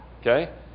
Okay